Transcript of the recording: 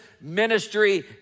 ministry